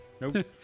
Nope